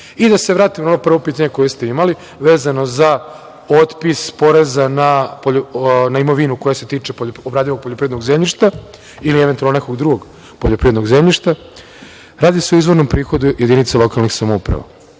tim. Da se vratim na ono prvo pitanje koje ste imali vezano za otpis poreza na imovinu koja se tiče obradivog poljoprivrednog zemljišta ili eventualno nekog drugog poljoprivrednog zemljišta. Radi se o izvornom prihodu jedinica lokalnih samouprava.